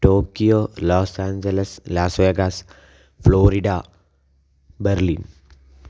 Tokyo Los Angeles los vegas Florida Berlin